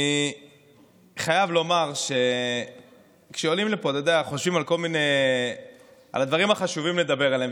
אני חייב לומר שכשעולים לפה חושבים על הדברים החשובים לדבר עליהם,